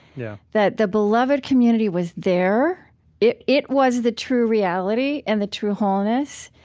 yeah, that the beloved community was there it it was the true reality and the true wholeness,